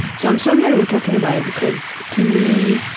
so, i'm so glad we're talking about it because, to me,